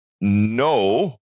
no